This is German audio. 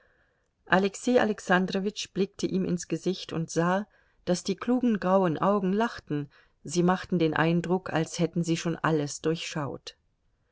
alexei alexandrowitsch blickte ihm ins gesicht und sah daß die klugen grauen augen lachten sie machten den eindruck als hätten sie schon alles durchschaut